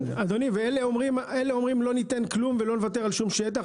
אלה אומרים לא ניתן כלום ולא נוותר על שום שטח,